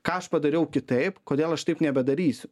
ką aš padariau kitaip kodėl aš taip nebedarysiu